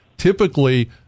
typically